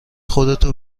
خودتو